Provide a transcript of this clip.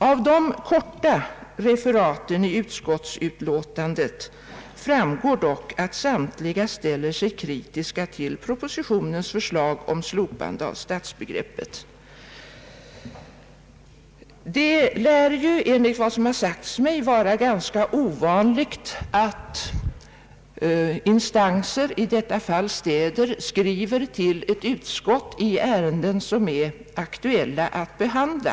Av de korta referaten i utskottsutlåtandet framgår dock att samtliga ställer sig kritiska till förslaget i propositionen om slopande av stadsbegreppet. Dei lär, enligt vad som har sagts mig, vara ganska ovanligt att instanser — i detta fall städer — skriver till ett utskott i ärenden som är aktuella att behandla.